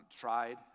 tried